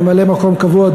ממלא-מקום קבוע,